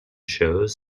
shows